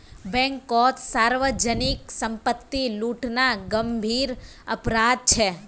बैंककोत सार्वजनीक संपत्ति लूटना गंभीर अपराध छे